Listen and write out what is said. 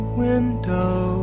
window